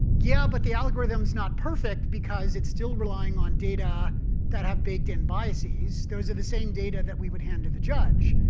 yeah, but the algorithm is not perfect because it's still relying on data that have baked-in biases. those are the same data that we would hand to the judge.